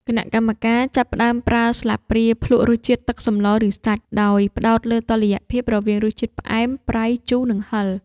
គណៈកម្មការចាប់ផ្ដើមប្រើស្លាបព្រាភ្លក្សរសជាតិទឹកសម្ល ឬសាច់ ដោយផ្ដោតលើតុល្យភាពរវាងរសជាតិផ្អែម ប្រៃ ជូរ និងហឹរ។